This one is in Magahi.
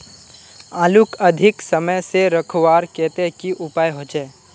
आलूक अधिक समय से रखवार केते की उपाय होचे?